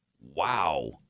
Wow